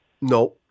No